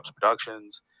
productions